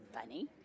funny